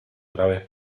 graves